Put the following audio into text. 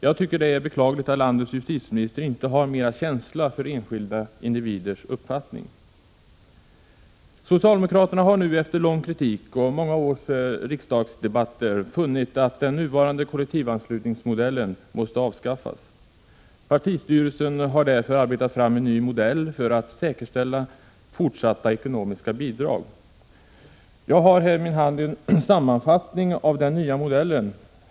Jag tycker det är beklagligt att landets justitieminister inte har mer känsla för enskilda individers uppfattning. Socialdemokraterna har nu efter mycken kritik och många års riksdagsdebatter funnit att den nuvarande kollektivanslutningsmodellen måste avskaffas. Partistyrelsen har därför arbetat fram en ny modell för att säkerställa fortsatta ekonomiska bidrag. Jag har här i min hand en sammanfattning av den nya modellen.